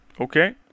Okay